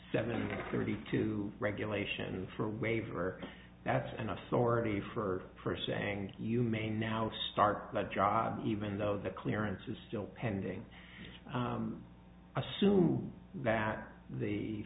seven thirty two regulation for a waiver that's an authority for first saying you may now start the job even though the clearance is still pending assume that the